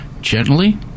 gently